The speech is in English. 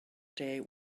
day